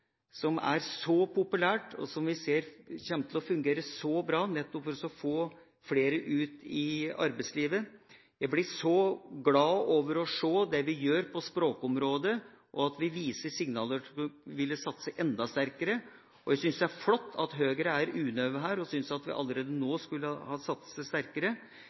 som er så populært, og som kommer til å fungere så bra, for å få flere ut i arbeidslivet. Jeg blir så glad når jeg ser det vi gjør på språkområdet, og at vi sender ut signaler om at vi vil satse enda mer på dette. Jeg synes det er flott at Høyre ikke er fornøyd her og mener at vi allerede nå skulle ha satset sterkere.